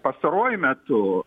pastaruoju metu